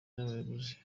n’abayobozi